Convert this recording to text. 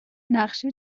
نقشت